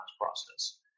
process